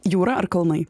jūra ar kalnai